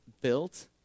built